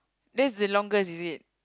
that's the longest is it